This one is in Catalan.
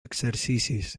exercicis